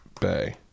bay